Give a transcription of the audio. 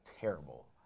terrible